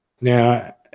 Now